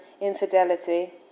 infidelity